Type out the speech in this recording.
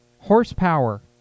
horsepower